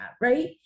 Right